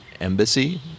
embassy